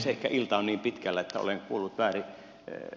ehkä ilta on niin pitkällä että olen kuullut väärin